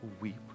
weep